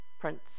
Prince